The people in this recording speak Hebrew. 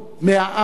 מהעם,